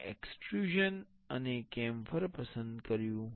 મેં એક્સ્ટ્ર્યુઝન અને કેમ્ફર પસંદ કર્યું